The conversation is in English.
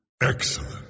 Excellent